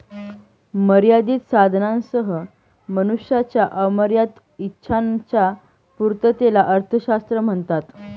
मर्यादित साधनांसह मनुष्याच्या अमर्याद इच्छांच्या पूर्ततेला अर्थशास्त्र म्हणतात